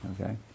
Okay